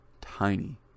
Tiny